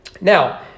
now